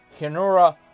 Hinura